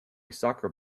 soccer